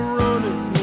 running